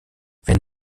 wenn